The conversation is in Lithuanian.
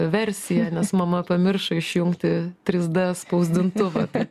versija nes mama pamiršo išjungti trys d spausdintuvą